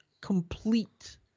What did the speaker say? complete